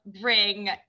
bring